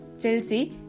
Chelsea